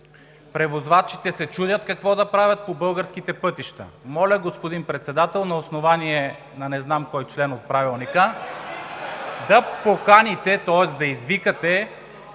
Превозвачите се чудят какво да правят по българските пътища. Моля, господин Председател, на основание на не знам кой член от Правилника (смях и оживление), да извикате